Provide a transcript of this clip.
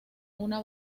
una